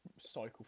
cycle